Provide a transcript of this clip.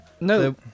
No